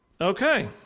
Okay